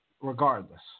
regardless